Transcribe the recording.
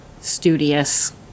studious